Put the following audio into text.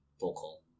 vocal